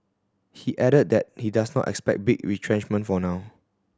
he added that he does not expect big retrenchment for now